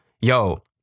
Yo